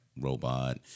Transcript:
robot